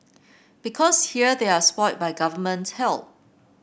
because here they are spoilt by Government help